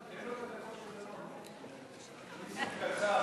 נסים, קצר.